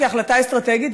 כהחלטה אסטרטגית,